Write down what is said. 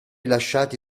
lasciati